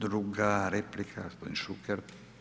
Druga replika gospodin Šuker.